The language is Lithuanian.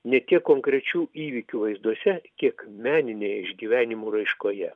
ne tiek konkrečių įvykių vaizduose kiek meninėje išgyvenimų raiškoje